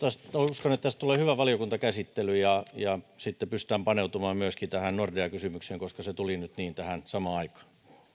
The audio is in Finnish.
uskon että tästä tulee hyvä valiokuntakäsittely ja ja sitten pystytään paneutumaan myöskin tähän nordea kysymykseen koska se tuli nyt niin tähän samaan aikaan